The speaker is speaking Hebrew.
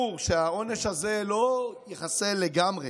ברור שהעונש הזה לא יחסל לגמרי